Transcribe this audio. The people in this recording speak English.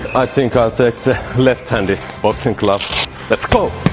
think i'll take the left-handed boxing glove let's go!